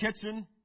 kitchen